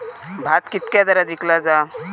भात कित्क्या दरात विकला जा?